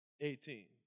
eighteen